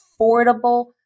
affordable